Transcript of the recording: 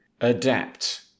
adapt